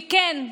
וכן,